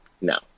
No